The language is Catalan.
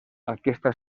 aquesta